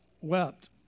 wept